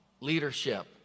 leadership